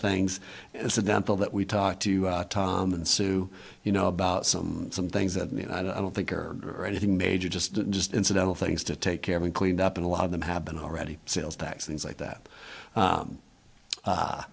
things as a dental that we talk to tom and sue you know about some things that i don't think are anything major just just incidental things to take care of and cleaned up and a lot of them have been already sales tax things like that